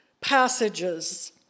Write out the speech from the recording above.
passages